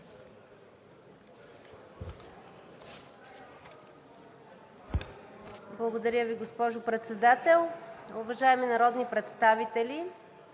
Благодаря Ви, госпожо Председател. Уважаеми народни представители!